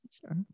Sure